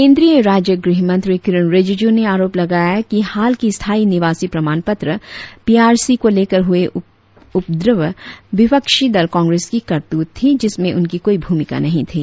केंद्रीय राज्य गृह मंत्री किरेन रिजिजू ने आरोप लगाया कि हाल के स्थायी निवासी प्रमाण पत्र पीआरसी को लेकर हुए उपद्रव विपक्षी दल कांग्रेस की करतूत थी इसमें उनकी कोई भूमिका नहीं थी